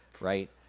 Right